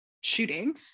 shooting